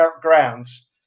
grounds